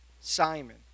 Simon